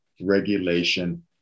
regulation